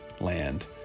land